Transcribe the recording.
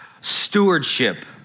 stewardship